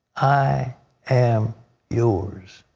i am yours.